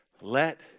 Let